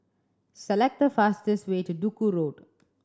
select the fastest way to Duku Road